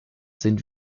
sind